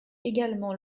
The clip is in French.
également